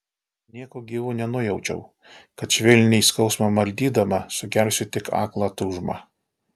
nieku gyvu nenujaučiau kad švelniai skausmą maldydama sukelsiu tik aklą tūžmą